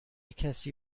کسی